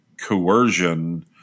coercion